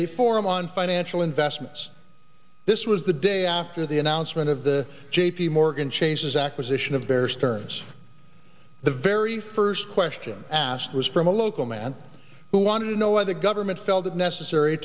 a forum on financial investments this was the day after the announcement of the j p morgan chase's acquisition of bear stearns the very first question asked was from a local man who wanted to know why the government felt it necessary